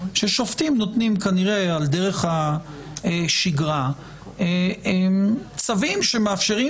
ששופטים נותנים כנראה על דרך השגרה צווים שמאפשרים